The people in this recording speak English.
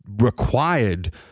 required